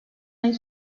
ayı